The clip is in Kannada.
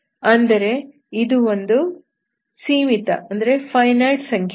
ಅಂದರೆ ಇದು ಒಂದು ಸೀಮಿತ ಸಂಖ್ಯೆಯಾಗಿದೆ